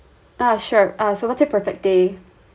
ah sure ah so what's your perfect day